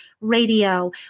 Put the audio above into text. radio